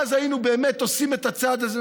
ואז היינו באמת עושים את הצעד הזה,